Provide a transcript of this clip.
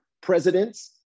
Presidents